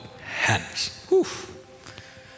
hands